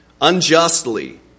unjustly